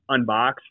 unbox